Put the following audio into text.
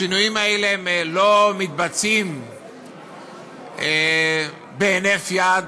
השינויים האלה לא מתבצעים בהינף יד.